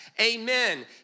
amen